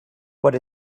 what